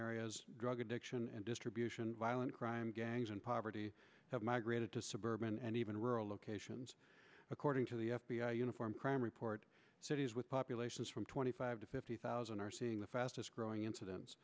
areas drug addiction and distribution violent crime gangs and poverty have migrated to suburban and even rural locations according to the f b i uniform crime report cities with populations from twenty five to fifty thousand are seeing the fastest growing inciden